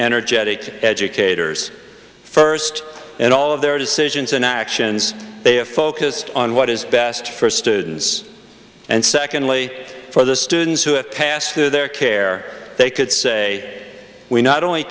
energetic educators first and all of their decisions and actions they have focused on what is best for students and secondly for the students who pass through their care they could say we not only